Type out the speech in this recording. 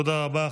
תודה רבה.